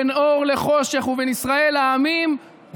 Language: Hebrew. בין אור לחושך ובין ישראל לעמים.